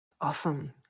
Awesome